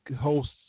hosts